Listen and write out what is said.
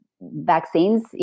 vaccines